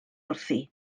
wrthi